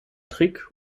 trick